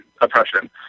oppression